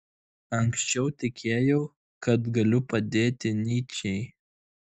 anksčiau tikėjau kad galiu padėti nyčei